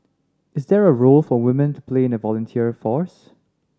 is there a role for women to play in the volunteer force